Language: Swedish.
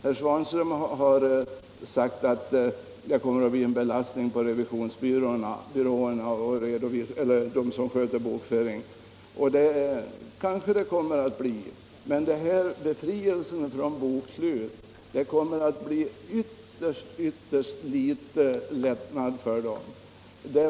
Herr Svanström har sagt att bokslutsskyldigheten kommer att bli en belastning på revisionsbyråerna och andra som sköter bokföringen. Det kanske den kommer att bli, men den föreslagna befrielsen från bokslutsskyldighet kommer att innebära ytterst liten lättnad för dem.